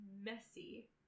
messy